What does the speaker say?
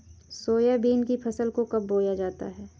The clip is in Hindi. सोयाबीन की फसल को कब बोया जाता है?